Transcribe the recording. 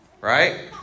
right